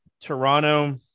Toronto